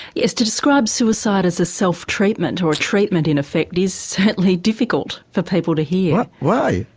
yes, to describe suicide as a self treatment or a treatment in effect is certainly difficult for people to hear. why,